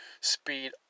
speed